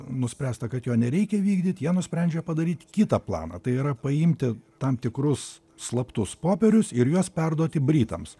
nuspręsta kad jo nereikia vykdyt jie nusprendžia padaryt kitą planą tai yra paimti tam tikrus slaptus popierius ir juos perduoti britams